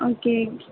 okay